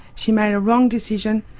she made a wrong decision,